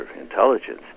intelligence